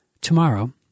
Tomorrow